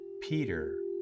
Peter